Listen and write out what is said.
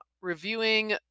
reviewing